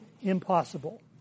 impossible